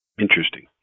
Interesting